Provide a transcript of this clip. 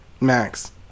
Max